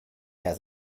has